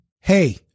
Hey